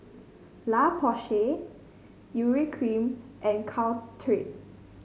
La Roche Porsay Urea Cream and Caltrate